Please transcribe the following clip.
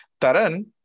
Taran